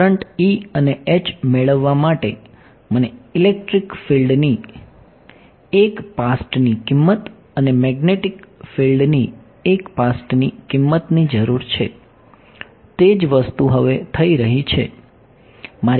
current E અને H મેળવવા માટે મને ઇલેક્ટ્રિક ફિલ્ડની એક પાસ્ટની કિંમત અને મેગ્નેટિક ફિલ્ડની એક પાસ્ટની કિંમતની જરૂર છે તે જ વસ્તુ હવે થઈ રહી છે